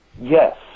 Yes